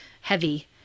heavy